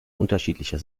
unterschiedlicher